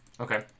Okay